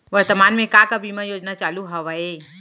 वर्तमान में का का बीमा योजना चालू हवये